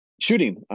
shooting